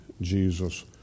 Jesus